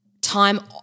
time